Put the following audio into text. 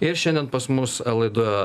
ir šiandien pas mus laida